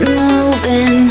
moving